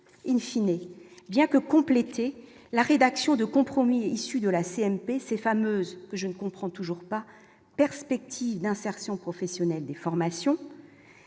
in fine, hé bien que compléter la rédaction de compromis issu de la CMP, ces fameuses je ne comprends toujours pas perspectives d'insertion professionnelle des formations à